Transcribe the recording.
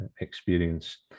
experience